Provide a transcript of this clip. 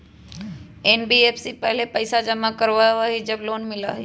NBFC पहले पईसा जमा करवहई जब लोन मिलहई?